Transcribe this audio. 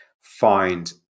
find